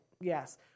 Yes